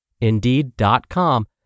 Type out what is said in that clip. Indeed.com